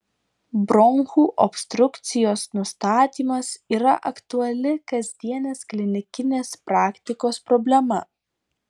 bronchų obstrukcijos nustatymas yra aktuali kasdienės klinikinės praktikos problema